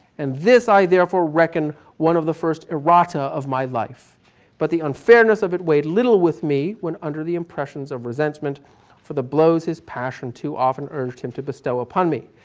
and this i therefore reckon one of the first errata of my life but the unfairness of it weighed little with me, when under the impressions of resentment for the blows his passion too often urged him to bestow upon me,